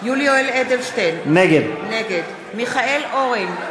יולי יואל אדלשטיין, נגד מיכאל אורן,